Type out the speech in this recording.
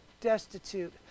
destitute